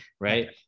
right